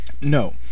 No